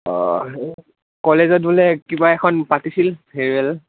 অঁ কলেজত বোলে কিবা এখন পাতিছিল ফেয়াৰৱেল